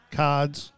cards